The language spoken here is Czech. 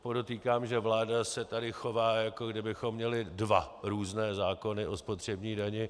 Podotýkám, že vláda se tu chová, jako kdybychom měli dva různé zákony o spotřební dani.